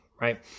right